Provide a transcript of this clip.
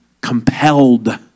compelled